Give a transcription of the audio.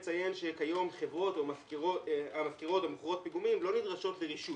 אציין שכיום חברות המשכירות או מוכרות פיגומים לא נדרשות לרישוי.